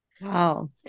Wow